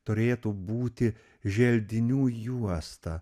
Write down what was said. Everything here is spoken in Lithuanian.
turėtų būti želdinių juosta